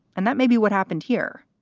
and that may be what happened here,